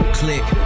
click